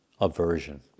aversion